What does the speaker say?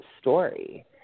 story